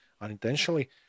unintentionally